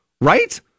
right